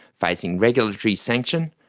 facing regulatory sanction,